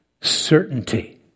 certainty